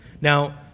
now